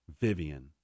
Vivian